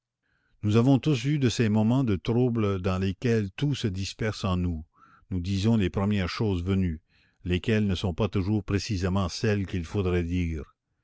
nous avons tous eu de ces moments de trouble dans lesquels tout se disperse en nous nous disons les premières choses venues lesquelles ne sont pas toujours précisément celles qu'il faudrait dire